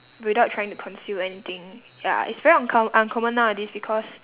without trying to conceal anything ya it's very uncomm~ uncommon nowadays because